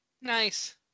Nice